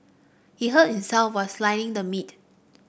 he hurt himself while slicing the meat